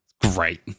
Great